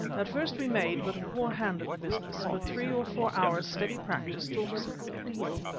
at first we made but a poor hand at the business, but three or four hours' steady practice taught us a good deal.